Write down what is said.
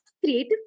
creative